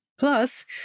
Plus